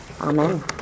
Amen